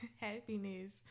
happiness